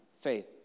Faith